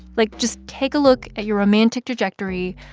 like, just take a look at your romantic trajectory.